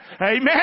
Amen